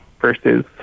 versus